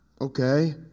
Okay